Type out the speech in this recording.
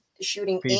shooting